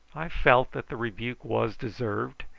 i felt that the rebuke was deserved,